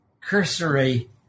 cursory